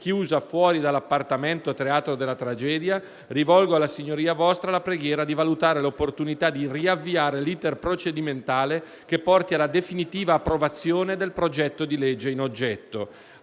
chiusa fuori dall'appartamento teatro della tragedia, rivolgo alla signoria vostra la preghiera di valutare l'opportunità di riavviare l'*iter* procedimentale che porti alla definitiva approvazione del progetto di legge in oggetto.